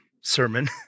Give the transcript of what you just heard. sermon